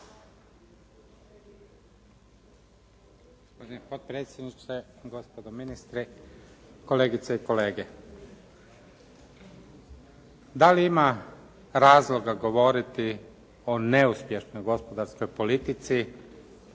potpredsjedniče, gospodo ministri, kolegice i kolege. Da li ima razloga govoriti o neuspješnoj gospodarskoj politici